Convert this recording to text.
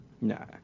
No